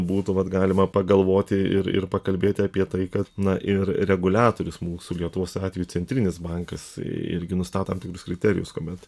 būtų galima pagalvoti ir ir pakalbėti apie tai kad na ir reguliatorius mūsų lietuvos atveju centrinis bankas irgi nustatant kriterijus kuomet